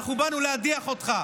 אנחנו באנו להדיח אותך.